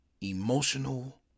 Emotional